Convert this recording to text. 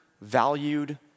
valued